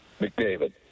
McDavid